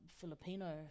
Filipino